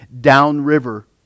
downriver